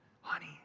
Honey